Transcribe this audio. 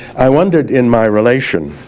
i wondered in my relation